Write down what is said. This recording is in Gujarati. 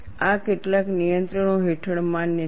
આ કેટલાક નિયંત્રણો હેઠળ માન્ય છે